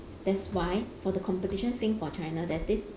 that's why for the competition sing for china there's this